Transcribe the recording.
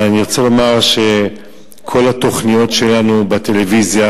אני רוצה לומר שכל התוכניות בטלוויזיה,